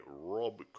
Rob